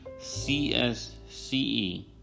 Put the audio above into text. CSCE